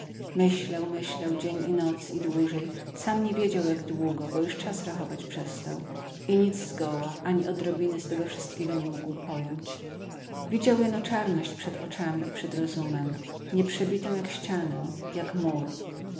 sprawiedliwości myślał myślał dzień i noc i dłużej sam nie wiedział jak długo bo już czas rachować przestał i nic zgoła ani odrobiny z tego wszystkiego nie mógł pojąć widział jeno czarność przed oczami i przed rozumem nieprzebitą jak ścianę jak mur